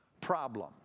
problem